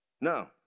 No